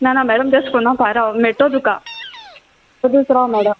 ना ना मॅडम तेश कोन्नाका राव मेट्टो तुका दीस राव मॅडम